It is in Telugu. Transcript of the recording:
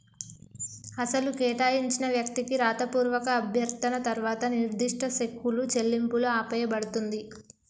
అసలు కేటాయించిన వ్యక్తికి రాతపూర్వక అభ్యర్థన తర్వాత నిర్దిష్ట సెక్కులు చెల్లింపులు ఆపేయబడుతుంది